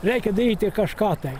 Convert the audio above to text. reikia daryti kažką tai